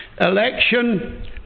Election